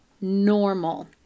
normal